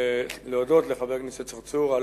להודות לחבר הכנסת צרצור על